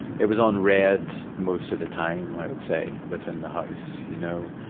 it was on red most of the time, i would say, within the house, you know.